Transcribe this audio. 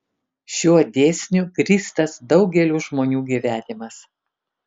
šiuo dėsniu grįstas daugelio žmonių gyvenimas